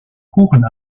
kuchen